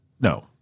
No